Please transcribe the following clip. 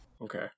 Okay